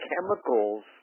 chemicals